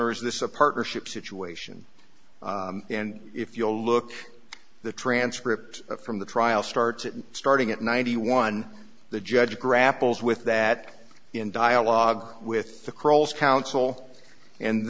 or is this a partnership situation and if you look the transcript from the trial starts at starting at ninety one the judge grapples with that in dialogue with the crawls counsel and